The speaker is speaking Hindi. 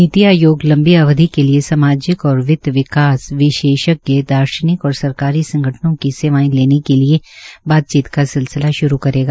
नीति आयोग लम्बी अवधि के लिये सामाजिक और वित्त विकास विशेषज्ञ दार्शनिक और सरकारी संगठनों की सेवायें लेने के लिए बातचीत का सिलसिला श्रू करेगा